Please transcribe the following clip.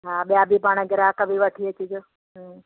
हा ॿिया बि पाण ग्राहक बि वठी अचिजो